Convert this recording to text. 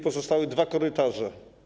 Pozostały dwa korytarze.